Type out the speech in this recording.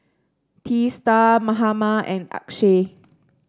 Teesta Mahatma and Akshay